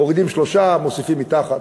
מורידים 3, מוסיפים מתחת.